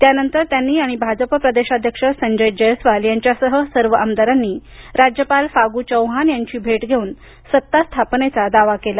त्यानंतर त्यांनी आणि भाजप प्रदेशाध्यक्ष संजय जयस्वाल यांच्यासह सर्व आमदारांनी राज्यपाल फागु चौहान यांची भेट घेऊन सत्ता स्थापनेचा दावा केला